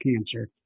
cancer